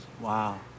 Wow